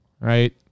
right